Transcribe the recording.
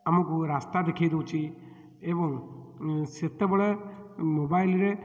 ଆମକୁ ରାସ୍ତା ଦେଖେଇ ଦେଉଛି ଏବଂ ସେତେବେଳେ ମୋବାଇଲ୍ରେ